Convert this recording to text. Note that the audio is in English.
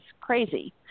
crazy